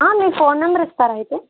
మీ phone number ఇస్తారా అయితే